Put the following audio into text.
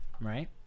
right